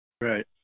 Right